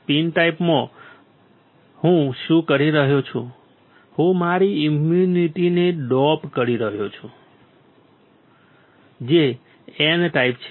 P ટાઇપમાં હું શું કરી રહ્યો છું હું મારી ઈમ્પ્યુનિટીને ડોપ કરી રહ્યો છું જે N ટાઇપ છે